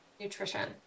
nutrition